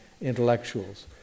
intellectuals